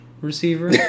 receiver